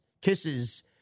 kisses